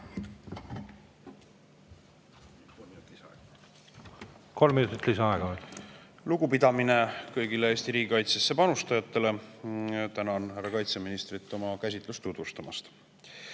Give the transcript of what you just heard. Kolm minutit lisaaega. Lugupidamine kõigile Eesti riigikaitsesse panustajatele! Tänan härra kaitseministrit oma käsitlust tutvustamast.